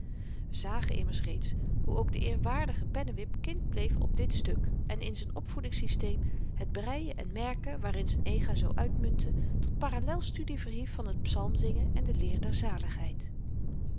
we zagen immers reeds hoe ook de eerwaardige pennewip kind bleef op dit stuk en in z'n opvoedings systeem het breien en merken waarin z'n ega zoo uitmuntte tot parallel studie verhief van t psalm zingen en de leer der zaligheid